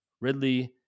Ridley